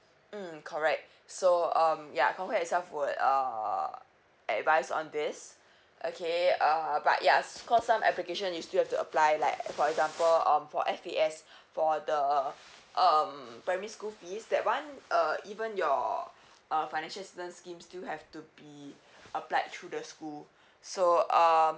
mm correct so um ya comcare itself would uh advise on this okay uh but yeah of course some application you still have to apply like for example um for S_C_F for the uh um primary school fees that one uh even your uh financial student scheme still have to be applied through the school so um